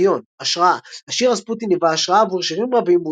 אקורדיון השראה השיר "Rasputin" היווה השראה עבור שירים רבים,